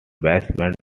basement